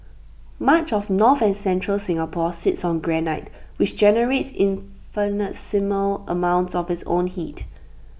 much of north and central Singapore sits on granite which generates infinitesimal amounts of its own heat